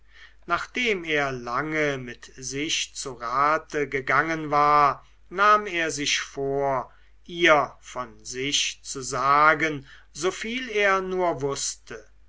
nachdem er lange mit sich zu rate gegangen war nahm er sich vor ihr von sich zu sagen soviel er nur wußte